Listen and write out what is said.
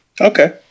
Okay